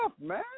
man